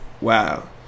Wow